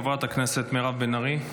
חברת הכנסת מירב בן ארי.